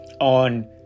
on